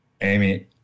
Amy